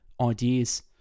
ideas